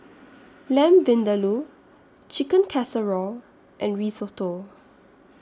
Lamb Vindaloo Chicken Casserole and Risotto